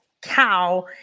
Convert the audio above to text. cow